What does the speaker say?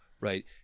right